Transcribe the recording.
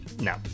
No